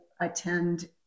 attend